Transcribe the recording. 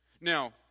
Now